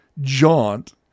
jaunt